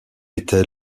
était